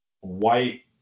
white